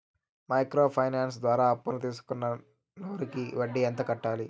Micro finance ద్వారా అప్పును తీసుకున్న నూరు కి వడ్డీ ఎంత కట్టాలి?